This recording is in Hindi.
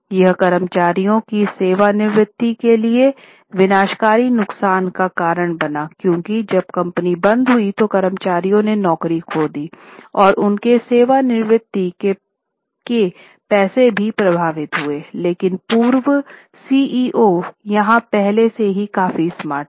यह कर्मचारियों की सेवानिवृत्ति के लिए विनाशकारी नुकसान का कारण बना क्योंकि जब कंपनी बंद हुई तो कर्मचारियों ने नौकरी खो दी और उनके सेवानिवृत्ति के पैसे भी प्रभावित हुए लेकिन पूर्व सीईओ यहां पहले से ही काफी स्मार्ट थे